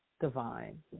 divine